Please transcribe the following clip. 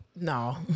no